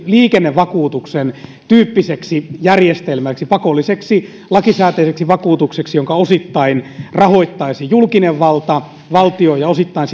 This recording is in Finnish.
liikennevakuutuksen tyyppiseksi järjestelmäksi pakolliseksi lakisääteiseksi vakuutukseksi jonka osittain rahoittaisi julkinen valta valtio ja osittain